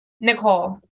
Nicole